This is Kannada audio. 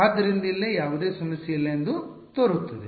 ಆದ್ದರಿಂದ ಇಲ್ಲಿ ಯಾವುದೇ ಸಮಸ್ಯೆ ಇಲ್ಲ ಎಂದು ತೋರುತ್ತದೆ